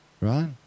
Right